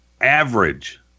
average